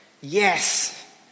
yes